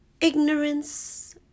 Ignorance